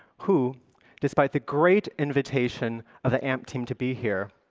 who despite the great invitation of the amp team to be here,